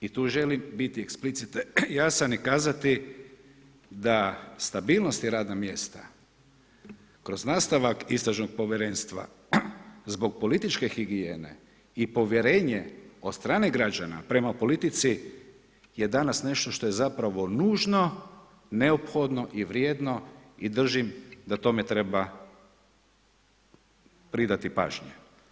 I tu želim biti eksplicitno jasan i kazati da stabilnost i radna mjesta kroz nastavak istražnog povjerenstva zbog političke higijene i povjerenje od strane građana prema politici je danas nešto što je zapravo nužno, neophodno i vrijedno i držim da tome treba pridati pažnje.